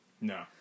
no